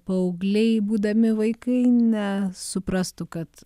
paaugliai būdami vaikai nesuprastų kad